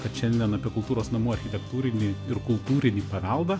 kad šiandien apie kultūros namų architektūrinį ir kultūrinį paveldą